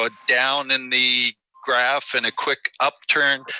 ah down in the graph, and a quick upturn.